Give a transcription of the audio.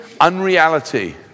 unreality